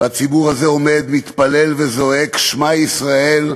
והציבור הזה עומד מתפלל וזועק "שמע ישראל,